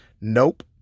Nope